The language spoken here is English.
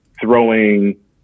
throwing